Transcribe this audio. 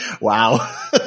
Wow